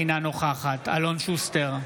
אינה נוכחת אלון שוסטר,